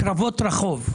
קרבות רחוב.